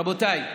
רבותיי,